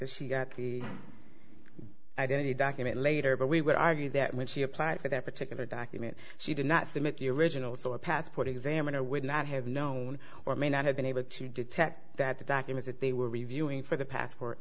that she got the identity document later but we would argue that when she applied for that particular document she did not submit the original so a passport examiner would not have known or may not have been able to detect that the document that they were reviewing for the pas